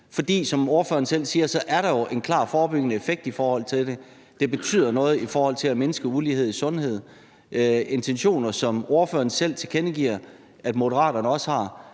for som ordføreren selv siger, er der jo en klart forebyggende effekt i forhold til det – det betyder noget i forhold til at mindske ulighed i sundhed. Det er altså intentioner, som ordføreren selv tilkendegiver at Moderaterne også har.